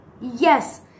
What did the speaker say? Yes